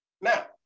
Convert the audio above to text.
Now